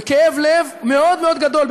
בכאב לב מאוד מאוד גדול,